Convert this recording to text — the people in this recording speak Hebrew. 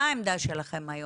מה העמדה שלכם היום?